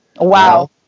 Wow